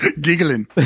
Giggling